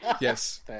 Yes